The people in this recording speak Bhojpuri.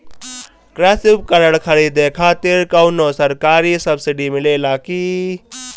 कृषी उपकरण खरीदे खातिर कउनो सरकारी सब्सीडी मिलेला की?